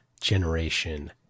generation